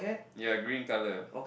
ya green colour